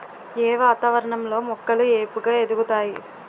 ఏ వాతావరణం లో మొక్కలు ఏపుగ ఎదుగుతాయి?